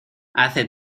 hace